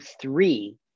three